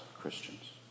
Christians